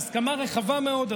בהסכמה רחבה מאוד,